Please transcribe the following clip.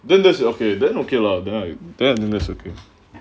then that's you okay then okay lah then I then inner circle